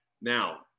Now